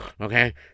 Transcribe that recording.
okay